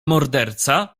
morderca